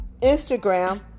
Instagram